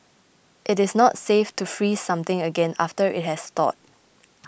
it is not safe to freeze something again after it has thawed